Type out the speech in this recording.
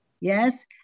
yes